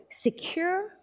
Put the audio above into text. secure